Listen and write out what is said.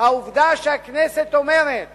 העובדה שהכנסת אומרת